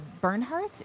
Bernhardt